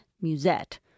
Musette